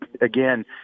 again –